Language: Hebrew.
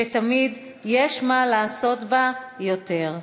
שתמיד יש מה לעשות בה יותר.